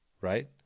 right